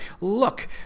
Look